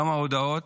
כמה הודעות,